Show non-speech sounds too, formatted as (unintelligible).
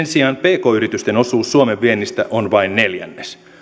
(unintelligible) sijaan pk yritysten osuus suomen viennistä on vain neljännes